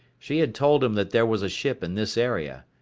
she had told him that there was a ship in this area.